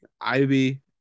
Ivy